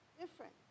different